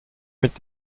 mit